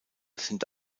sind